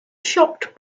shocked